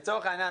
לצורך העניין